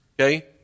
Okay